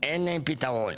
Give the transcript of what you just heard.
אין להם פתרון.